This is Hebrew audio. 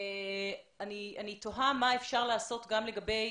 אני תוהה מה אפשר לעשות לגבי